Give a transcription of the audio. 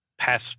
pass